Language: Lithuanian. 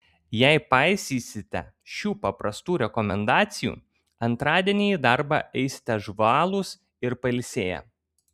jei paisysite šių paprastų rekomendacijų antradienį į darbą eisite žvalūs ir pailsėję